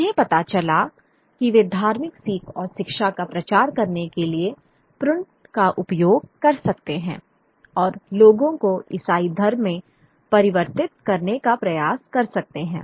उन्हें पता चला कि वे धार्मिक सीख और शिक्षा का प्रचार करने के लिए प्रिंट का उपयोग कर सकते हैं और लोगों को ईसाई धर्म में परिवर्तित करने का प्रयास कर सकते हैं